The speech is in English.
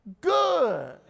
good